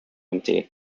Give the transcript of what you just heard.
empty